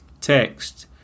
text